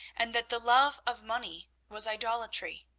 and that the love of money was idolatry.